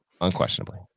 unquestionably